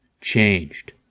changed